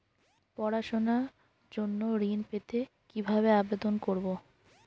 পড়াশুনা জন্য ঋণ পেতে কিভাবে আবেদন করব?